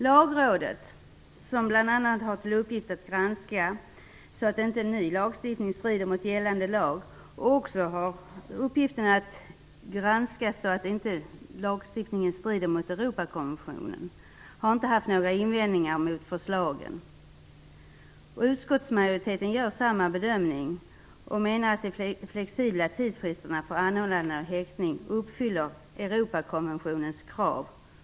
Lagrådet, som bl.a. har i uppgift att granska att ny lagstiftning inte strider mot gällande lag och att granska att lagstiftningen inte strider mot Europakonventionen, har inte haft några invändningar mot framlagda förslag. Utskottsmajoriteten gör samma bedömning och menar att de flexibla tidsfristerna för anordnande av häktning uppfyller Europakonventionens krav.